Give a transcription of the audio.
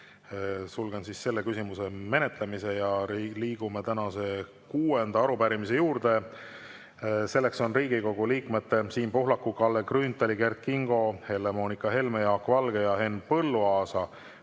sulgen selle küsimuse menetlemise. Liigume tänase kuuenda arupärimise juurde. See on Riigikogu liikmete Siim Pohlaku, Kalle Grünthali, Kert Kingo, Helle-Moonika Helme, Jaak Valge ja Henn Põlluaasa